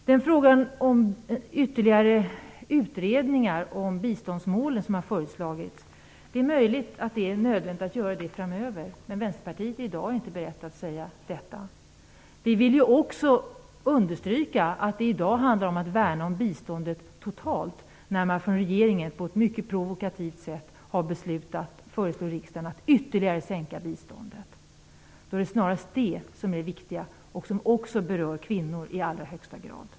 När det gäller de ytterligare utredningar om biståndsmålen som har föreslagits är det möjligt att det blir nödvändigt att göra dessa framöver, men Vänsterpartiet är i dag inte berett att säga detta. Vi vill också understryka att det i dag handlar om att värna om det totala biståndet, när regeringen på ett mycket provokativt sätt har beslutat föreslå riksdagen att ytterligare sänka biståndet. Det är snarast det som är det viktiga, och det berör också kvinnor i allra högsta grad.